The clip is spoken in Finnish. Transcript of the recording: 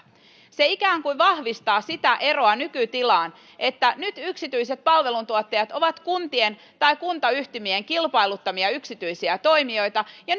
se ikään kuin vahvistaa sitä eroa nykytilaan nyt yksityiset palveluntuottajat ovat kuntien tai kuntayhtymien kilpailuttamia yksityisiä toimijoita ja